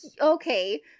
okay